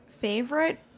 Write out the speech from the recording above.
Favorite